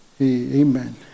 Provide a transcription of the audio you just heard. Amen